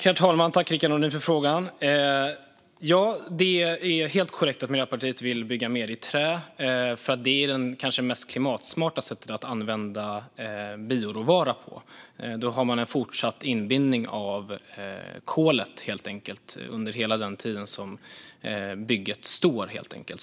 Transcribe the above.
Herr talman! Tack, Rickard Nordin, för frågan! Det är helt korrekt att Miljöpartiet vill bygga mer i trä. Det är kanske det mest klimatsmarta sättet att använda bioråvara. Då har man helt enkelt en fortsatt inbindning av kolet under hela den tid som bygget står.